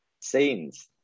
Scenes